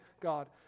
God